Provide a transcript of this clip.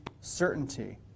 certainty